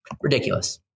Ridiculous